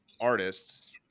Artists